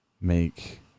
Make